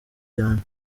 cyane